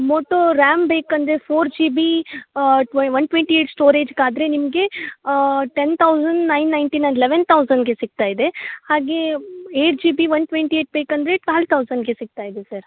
Moto RAM ಬೇಕಂದರೆ four GB ಟ್ವೆ one twenty eight ಸ್ಟೋರೇಜ್ಗಾದ್ರೆ ನಿಮಗೆ ten thousand nine ninety and eleven ತೌಸಂಡ್ಗೆ ಸಿಕ್ತಾಯಿದೆ ಹಾಗೇ eight GB one twenty eight ಬೇಕಂದರೆ ಟ್ವೇಲ್ ತೌಸಂಡ್ಗೆ ಸಿಕ್ತಾಯಿದೆ ಸರ್